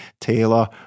Taylor